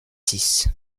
six